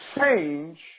Change